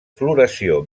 floració